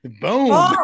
Boom